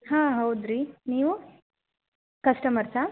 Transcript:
ಹಾಂ ಹೌದು ರೀ ನೀವು ಕಸ್ಟಮರ್ಸಾ